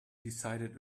decided